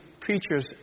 preachers